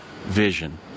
vision